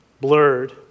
blurred